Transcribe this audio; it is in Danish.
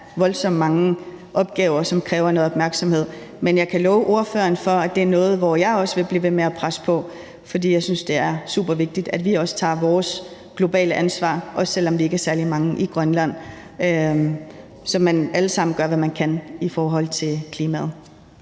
voldsomt mange opgaver, som kræver opmærksomhed. Men jeg kan love ordføreren for, at det er noget, hvor jeg også vil blive ved med at presse på, fordi jeg synes, det er super vigtigt, at vi også tager vores globale ansvar, også selv om vi ikke er særlig mange i Grønland, så alle gør, hvad de kan i forhold til klimaet.